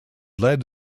lead